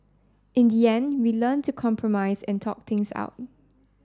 in the end we learnt to compromise and talk things out